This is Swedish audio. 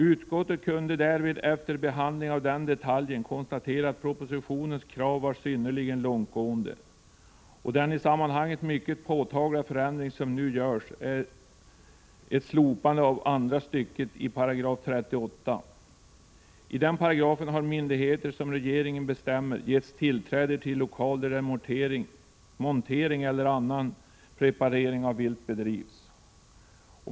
Utskottet kunde efter behandling av denna detalj konstatera att propositionens krav var synnerligen långtgående, och den mycket påtagliga förändring som nu föreslås innebär ett slopande av andra stycket i 38 §. Enligt denna paragraf har myndigheter, som regeringen bestämmer, getts tillträde till lokaler där montering eller annan preparering av vilt bedrivs.